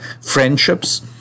Friendships